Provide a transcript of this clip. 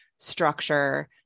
structure